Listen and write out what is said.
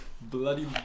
bloody